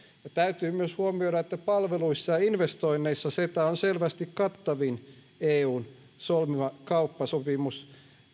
täytyy myös huomioida että palveluissa ja investoinneissa ceta on selvästi kattavin eun solmima kauppasopimus